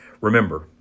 Remember